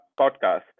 podcast